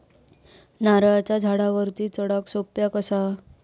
नारळाच्या झाडावरती चडाक सोप्या कसा?